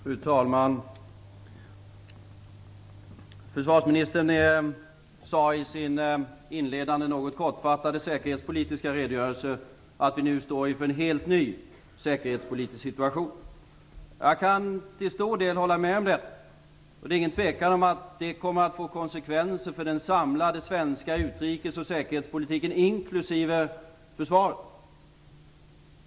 Fru talman! Försvarsministern sade i sin inledande och något kortfattade säkerhetspolitiska redogörelse att vi nu står inför en helt ny säkerhetspolitisk situation. Jag kan till stor del hålla med om detta. Och det är ingen tvekan om att det kommer att få konsekvenser för den samlade utrikes och säkerhetspolitiken, inklusive försvaret.